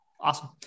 awesome